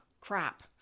crap